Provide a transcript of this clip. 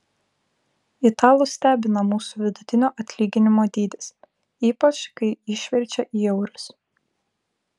italus stebina mūsų vidutinio atlyginimo dydis ypač kai išverčia į eurus